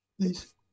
please